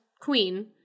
Queen